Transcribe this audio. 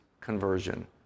conversion